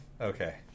Okay